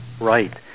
Right